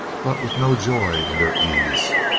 but with no joy in their ease.